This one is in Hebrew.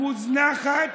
מוזנחת,